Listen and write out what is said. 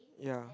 ya